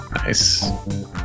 Nice